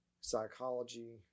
psychology